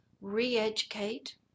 re-educate